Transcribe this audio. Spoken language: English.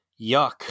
Yuck